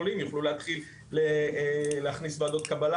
פתאום אולי יישובים מאוד גדולים יוכלו להכניס ועדות קבלה.